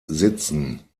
sitzen